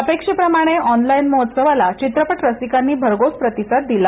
अपेक्षेप्रमाणे ऑनलाइन महोत्सवाला चित्रपट रसिकांनी भरघोस प्रतिसाद दिला